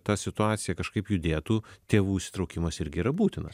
ta situacija kažkaip judėtų tėvų įsitraukimas irgi yra būtinas